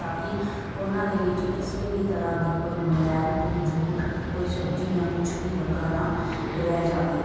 ਤਾਂ ਕਿ ਉਹਨਾਂ ਦੇ ਵਿੱਚ ਕਿਸੇ ਵੀ ਤਰ੍ਹਾਂ ਦੀ ਕੋਈ ਮੈਲ ਕੋਈ ਜੂਠ ਕੋਈ ਸਬਜ਼ੀ ਜਾਂ ਕੁਝ ਵੀ ਲੱਗਾ ਨਾ ਰਹਿ ਜਾਵੇ